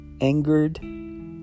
angered